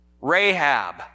Rahab